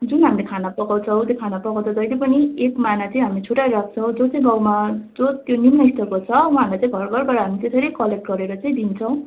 जुन हामीले खाना पकाउँछौँ त्यो खाना पकाउँदा जहिल्यै पनि एक माना चाहिँ हामी छुटाइराख्छौँ जो चाहिँ गाउँमा जो त्यो निम्नस्तरको छ उहाँहरूलाई चाहिँ घर घरबाट हामी त्यसरी कलेक्ट गरेर चाहिँ दिन्छौँ